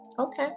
Okay